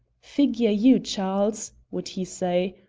figure you! charles, would he say,